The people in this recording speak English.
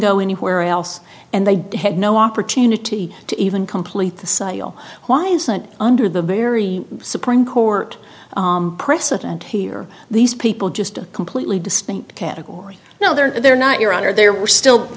go anywhere else and they had no opportunity to even complete the cycle why isn't under the very supreme court precedent here these people just completely distinct category now they're they're not your honor they were still